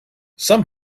some